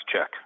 check